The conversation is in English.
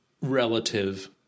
relative